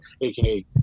aka